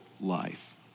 life